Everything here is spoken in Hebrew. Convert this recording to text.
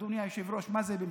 אדוני היושב-ראש, מה זה "במשורה"?